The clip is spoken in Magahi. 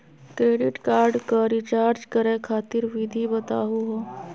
क्रेडिट कार्ड क रिचार्ज करै खातिर विधि बताहु हो?